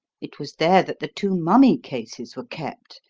it was there that the two mummy cases were kept,